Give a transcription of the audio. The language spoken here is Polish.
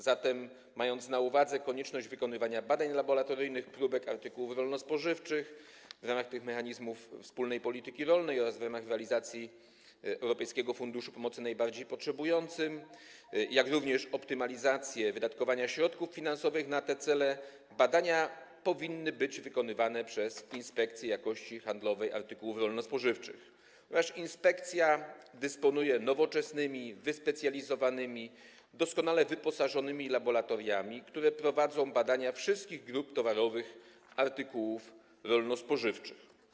Zatem ze względu na konieczność wykonywania badań laboratoryjnych próbek artykułów rolno-spożywczych w ramach tych mechanizmów wspólnej polityki rolnej oraz w ramach realizacji Europejskiego Funduszu Pomocy Najbardziej Potrzebującym, jak również optymalizację wydatkowania środków finansowych na te cele, badania powinny być wykonywane przez Inspekcję Jakości Handlowej Artykułów Rolno-Spożywczych, ponieważ inspekcja dysponuje nowoczesnymi, wyspecjalizowanymi i doskonale wyposażonymi laboratoriami, które prowadzą badania wszystkich grup towarowych artykułów rolno-spożywczych.